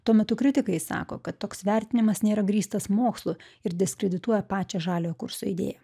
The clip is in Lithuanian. tuo metu kritikai sako kad toks vertinimas nėra grįstas mokslu ir diskredituoja pačią žaliojo kurso idėja